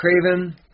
Craven